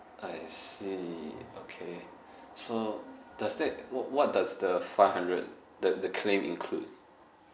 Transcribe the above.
I see okay so does that wha~ what does the five hundred the the claim include